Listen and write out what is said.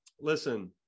listen